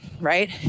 right